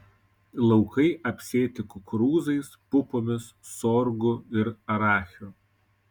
laukai apsėti kukurūzais pupomis sorgu ir arachiu